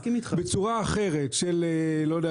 בצורה אחרת של לא יודע,